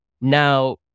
Now